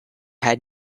had